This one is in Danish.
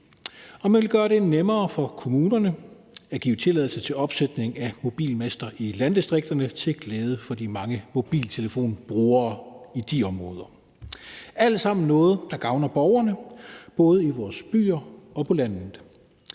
Og man vil gøre det nemmere for kommunerne at give tilladelse til opsætning af mobilmaster i landdistrikterne til glæde for de mange mobiltelefonbrugere i de områder. Det er alt sammen noget, der gavner borgerne, både i vores byer og på landet.